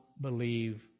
believe